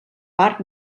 part